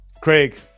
Craig